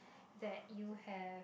that you have